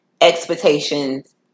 expectations